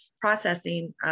processing